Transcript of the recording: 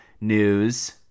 news